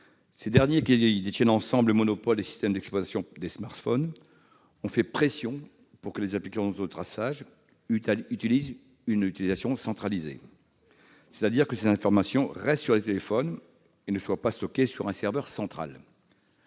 Ces entreprises, qui détiennent ensemble le monopole des systèmes d'exploitation des smartphones, ont fait pression pour que les applications de traçage utilisent une architecture décentralisée, c'est-à-dire que les informations restent sur les téléphones et ne soient pas stockées sur un serveur centralisé.